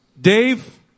Dave